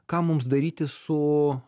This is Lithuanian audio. ką mums daryti su